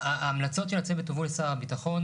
ההמלצות של הצוות הובאו לשר הביטחון.